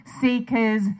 Seekers